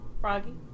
froggy